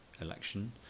election